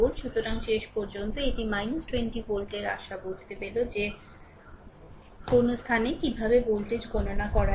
সুতরাং শেষ পর্যন্ত এটি 20 ভোল্টের আশা বুঝতে পেল যে কোনও স্থানে কীভাবে ভোল্টেজ গণনা করা যায়